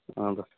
ಹೌದ